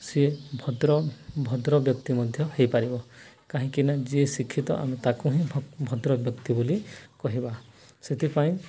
ସିଏ ଭଦ୍ର ଭଦ୍ର ବ୍ୟକ୍ତି ମଧ୍ୟ ହେଇପାରିବ କାହିଁକି ନା ଯିଏ ଶିକ୍ଷିତ ଆମେ ତାକୁ ହିଁ ଭ ଭଦ୍ର ବ୍ୟକ୍ତି ବୋଲି କହିବା ସେଥିପାଇଁ